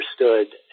understood